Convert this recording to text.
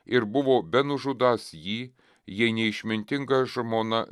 ir buvo benužudąs jį jei neišmintinga žmona